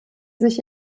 sich